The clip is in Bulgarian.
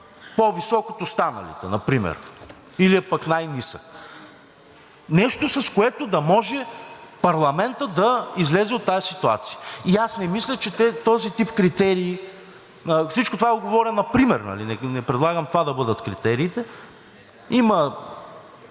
по-висок от останалите“ например или е пък най-нисък. Нещо, с което да може парламентът да излезе от тази ситуация. Аз не мисля за този тип критерий – всичко това го говоря например, не предлагам това да бъдат критериите, има